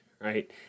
right